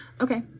okay